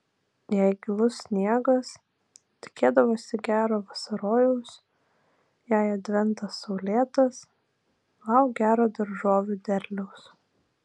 jei gilus sniegas tikėdavosi gero vasarojaus jei adventas saulėtas lauk gero daržovių derliaus